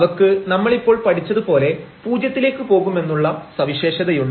അവക്ക് നമ്മൾ ഇപ്പോൾ പഠിച്ചത് പോലെ പൂജ്യത്തിലേക്ക് പോകുമെന്നുള്ള സവിശേഷതയുണ്ട്